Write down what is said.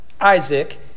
Isaac